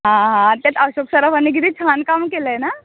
हां हां त्यात अशोक सराफांनी किती छान काम केलं आहे ना